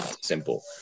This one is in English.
simple